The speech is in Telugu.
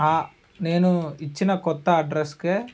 నేను ఇచ్చిన కొత్త అడ్రసుకే